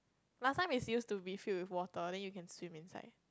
last time it's used to be filled with water then you can swim inside